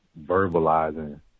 verbalizing